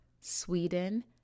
Sweden